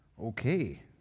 Okay